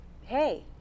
hey